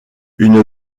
une